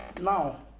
Now